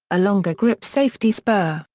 a longer grip safety spur,